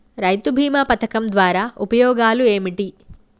రైతు బీమా పథకం ద్వారా ఉపయోగాలు ఏమిటి?